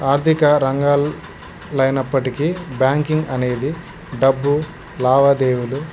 ఆర్థిక రంగాలు అయినప్పటికీ బ్యాంకింగ్ అనేది డబ్బు లావాదేవీలు